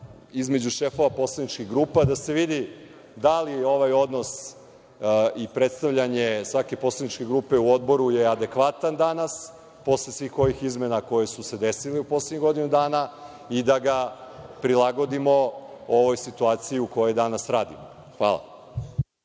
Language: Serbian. između šefova poslaničkih grupa da se vidi da li je ovaj odnos i predstavljanje svake poslaničke grupe u odboru adekvatan danas, posle svih ovih izmena koje su se desile u poslednjih godinu dana, i da ga prilagodimo ovoj situaciji u kojoj danas radimo. Hvala.